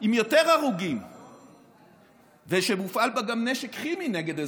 עם יותר הרוגים ושמופעל בה גם נשק כימי נגד אזרחים.